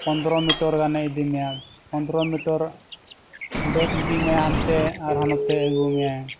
ᱯᱚᱱᱫᱨᱚ ᱢᱤᱴᱟᱨ ᱜᱟᱱᱮ ᱤᱫᱤ ᱢᱮᱭᱟ ᱯᱚᱱᱫᱨᱚ ᱢᱤᱴᱟᱨ ᱫᱮᱡ ᱤᱫᱤ ᱢᱮᱭᱟ ᱦᱟᱱᱛᱮ ᱟᱨᱦᱚᱸ ᱱᱚᱛᱮ ᱟᱹᱜᱩ ᱢᱮᱭᱟᱭ